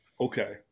Okay